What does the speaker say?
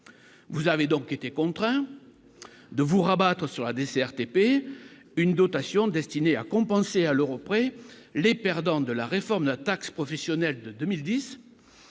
vous avez donc été contraint de vous rabattre sur la desserte épée une dotation destinée à compenser à l'Euro près les perdants de la réforme de la taxe professionnelle de 2010,